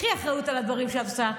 קחי אחריות על הדברים שאת עושה.